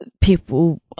people